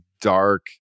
dark